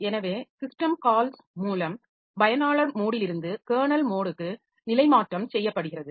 எனவே system calls மூலம் பயனாளர் மோடிலிருந்து கெர்னல் மோடுக்கு நிலைமாற்றம் செய்யப்படுகிறது